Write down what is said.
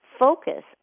Focus